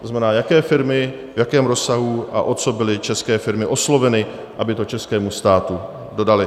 To znamená, jaké firmy, v jakém rozsahu a o co byly české firmy osloveny, aby to českému státu dodaly.